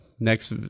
Next